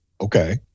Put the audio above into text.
Okay